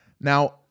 Now